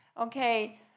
Okay